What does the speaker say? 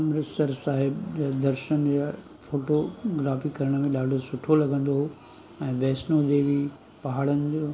अमृतसर साहिब जे दर्शन या फोटोग्राफी करण में ॾाढो सुठो लॻंदो हुओ ऐं वैष्णो देवी पहाड़नि जो